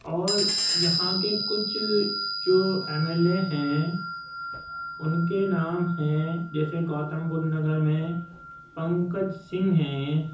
اور یہاں کے کچھ جو ایم ایل اے ہیں ان کے نام ہیں جیسے گوتم بدھ نگر میں پنکج سنگھ ہیں